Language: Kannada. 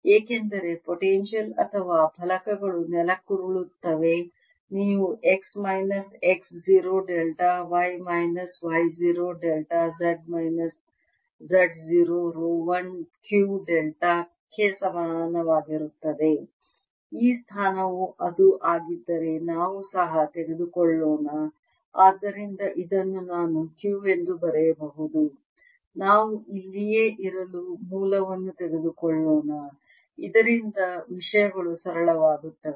ಏಕೆಂದರೆ ಪೊಟೆನ್ಶಿಯಲ್ ಅಥವಾ ಫಲಕಗಳು ನೆಲಕ್ಕುರುಳುತ್ತವೆ ನೀವು x minus x 0 delta y minus y 0 delta z minus z 0 rho 1 Q delta ಕ್ಕೆ ಸಮಾನವಾಗಿರುತ್ತದೆ ಈ ಸ್ಥಾನವು ಅದು ಆಗಿದ್ದರೆ ನಾವು ಸಹ ತೆಗೆದುಕೊಳ್ಳೋಣ ಆದ್ದರಿಂದ ಇದನ್ನು ನಾನು Q ಎಂದು ಬರೆಯಬಹುದು ನಾವು ಇಲ್ಲಿಯೇ ಇರಲು ಮೂಲವನ್ನು ತೆಗೆದುಕೊಳ್ಳೋಣ ಇದರಿಂದ ವಿಷಯಗಳು ಸರಳವಾಗುತ್ತವೆ